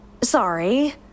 Sorry